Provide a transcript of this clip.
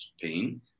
Pain